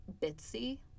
Bitsy